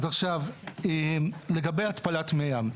אז עכשיו, לגבי התפלת מי ים,